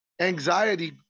anxiety